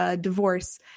divorce